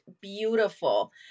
beautiful